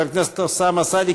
חבר הכנסת אוסאמה סעדי.